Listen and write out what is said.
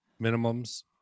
minimums